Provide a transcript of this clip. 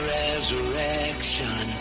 resurrection